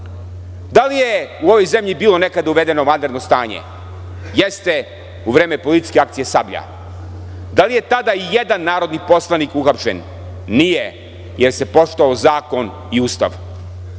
Da li je u ovoj zemlji bilo nekada uvedeno vanredno stanje? Jeste, u vreme policijske akcije „Sablja“. Da li je tada i jedan narodni poslanik uhapšen? Nije, jer se poštovao zakon i Ustav. Gde